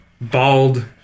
bald